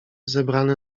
zebrane